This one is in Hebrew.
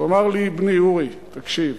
הוא אמר לי: בני אורי, תקשיב,